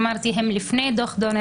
כתוב את המשפט "ועונש זה בלבד".